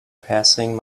passing